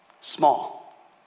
Small